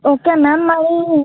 okay ma'am మరి